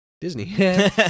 Disney